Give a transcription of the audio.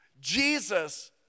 Jesus